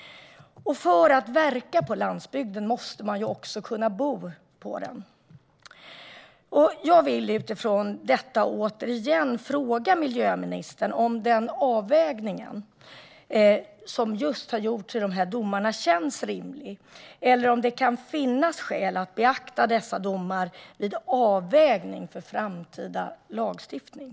För att verka på landsbygden måste man ju också kunna bo på den. Utifrån detta vill jag återigen fråga miljöministern om den avvägning som har gjorts i dessa domar känns rimlig, eller om det kan finnas skäl att beakta domarna vid avvägning inför framtida lagstiftning.